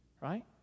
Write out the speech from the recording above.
right